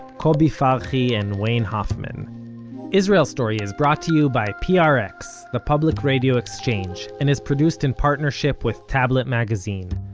kobi farhi, and wayne hoffman israel story is brought to you by prx the public radio exchange, and is produced in partnership with tablet magazine.